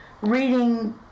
reading